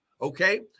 Okay